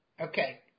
Okay